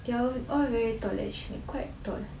they are all very tall actually quite tall